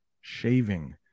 shaving